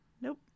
Nope